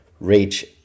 reach